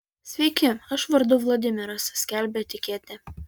sveiki aš vardu vladimiras skelbia etiketė